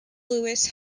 lewis